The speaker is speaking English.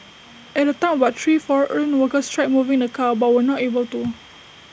at the time about three foreign workers tried moving the car but were not able to